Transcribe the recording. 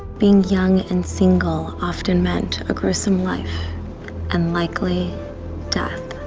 being young and single often meant a gruesome life and likely death.